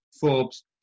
Forbes